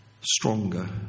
stronger